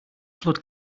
flood